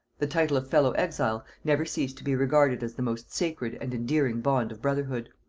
the title of fellow-exile never ceased to be regarded as the most sacred and endearing bond of brotherhood.